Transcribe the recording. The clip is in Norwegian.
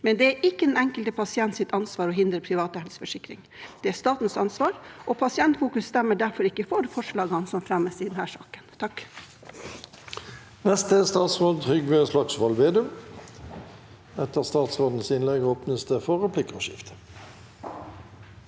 men det er ikke den enkelte pasient sitt ansvar å hindre privat helseforsikring. Det er statens ansvar, og Pasientfokus stemmer derfor ikke for forslagene som fremmes i denne saken.